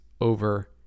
over